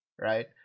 right